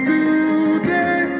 Today